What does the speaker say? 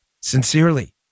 sincerely